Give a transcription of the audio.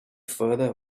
farther